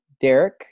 Derek